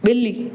बि॒ली